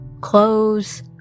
clothes